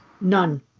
None